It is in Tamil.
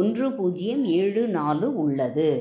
ஒன்று பூஜ்ஜியம் ஏழு நாலு உள்ளது